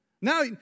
Now